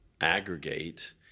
aggregate